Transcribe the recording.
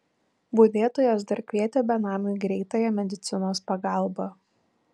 budėtojas dar kvietė benamiui greitąją medicinos pagalbą